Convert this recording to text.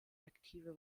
aktive